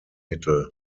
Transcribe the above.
mittel